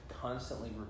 Constantly